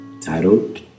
titled